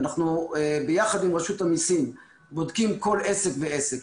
ואנחנו ביחד עם רשות המיסים בודקים כל עסק ועסק,